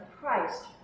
Christ